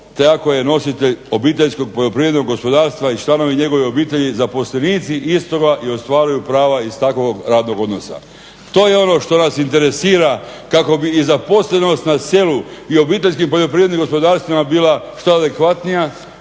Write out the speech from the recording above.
te ako je nositelj obiteljskog poljoprivrednog gospodarstva i članovi njegove obitelji, zaposlenici istoga i ostvaruju prava iz takvog radnog odnosa." To je ono što nas interesira kako bi i zaposlenost na selu i OPG-ima bila što adekvatnija